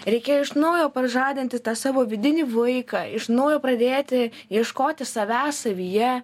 reikėjo iš naujo pažadinti tą savo vidinį vaiką iš naujo pradėti ieškoti savęs savyje